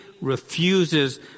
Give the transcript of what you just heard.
refuses